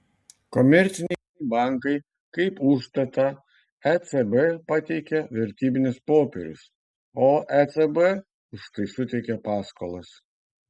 komerciniai bankai kaip užstatą ecb pateikia vertybinius popierius o ecb už tai suteikia paskolas